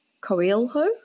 Coelho